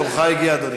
תורך הגיע, אדוני.